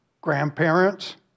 grandparents